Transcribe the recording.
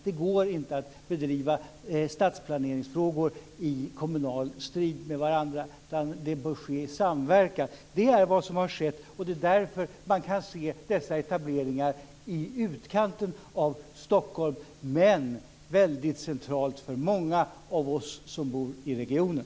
Det går inte att bedriva stadsplaneringsfrågor i kommunal strid med varandra, utan detta bör ske i samverkan. Det är vad som har skett, och det är därför man kan se dessa etableringar i utkanten av Stockholm - men väldigt centralt för många av oss som bor i regionen.